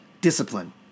discipline